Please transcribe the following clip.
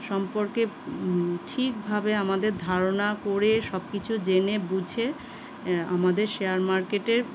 সম্পর্কে ঠিকভাবে আমাদের ধারণা করে সবকিছু জেনে বুঝে আমাদের শেয়ার মার্কেটে